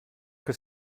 que